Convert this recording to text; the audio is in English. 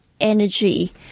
energy